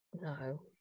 No